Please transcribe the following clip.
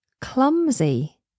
clumsy